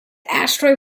ashtray